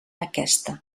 aquesta